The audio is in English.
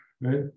right